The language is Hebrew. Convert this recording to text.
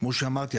כמו שאמרתי,